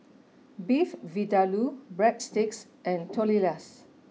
Beef Vindaloo Breadsticks and Tortillas